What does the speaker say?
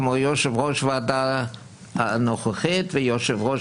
כמו יושב-ראש הוועדה הנוכחית ויושב-ראש